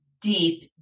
deep